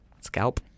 scalp